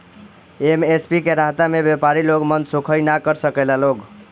MSP के रहता में व्यपारी लोग मनसोखइ ना कर सकेला लोग